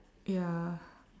ya